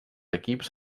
equips